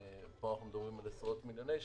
פה אנחנו מדברים על עשרות מיליוני שקלים,